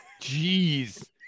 Jeez